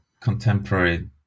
contemporary